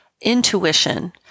intuition